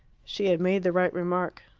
she had made the right remark.